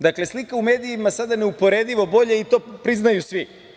Dakle, slika u medijima je sada neuporedivo bolja i to priznaju svi.